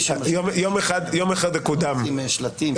בכבוד.